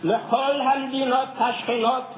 לכל המדינות השכנות ועמיהן,